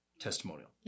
testimonial